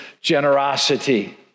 generosity